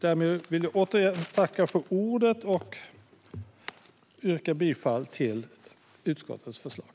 Därmed vill jag tacka för ordet och återigen yrka bifall till utskottets förslag.